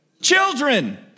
children